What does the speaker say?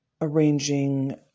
arranging